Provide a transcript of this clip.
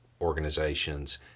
organizations